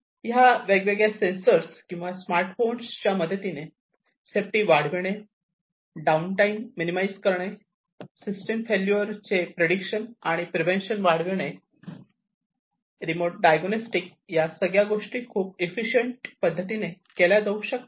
ह्या वेगवेगळ्या सेन्सर च्या किंवा स्मार्टफोन्सच्या मदतीने सेफ्टी वाढविणे डाऊन टाईम मिनीमाईज करणे सिस्टीम फैलूअर चे प्रेडिक्शन आणि प्रेवेंशन वाढविणे रिमोट डायग्नोस्टिक या सगळ्या गोष्टी खूप इफिसिएंट पद्धतीने केल्या जाऊ शकतात